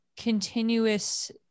continuous